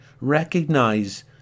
recognize